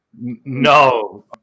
No